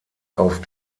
auf